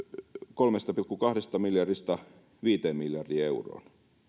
kolmesta pilkku kahdesta miljardista viiteen miljardiin euroon